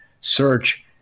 search